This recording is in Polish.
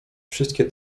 wszystkie